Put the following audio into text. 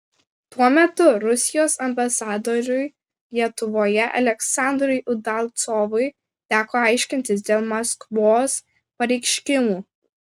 tuo metu rusijos ambasadoriui lietuvoje aleksandrui udalcovui teko aiškintis dėl maskvos pareiškimų